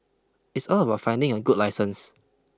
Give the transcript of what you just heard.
it's all about finding a good licence